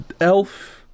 elf